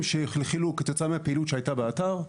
שחלחלו כתוצאה מהפעילות שהייתה באתר.